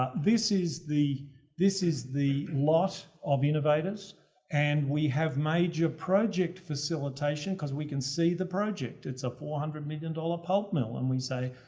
ah this is the loss is the loss of innovators and we have major project facilitation because we can see the project. it's a four hundred million dollars pulp mill, and we say.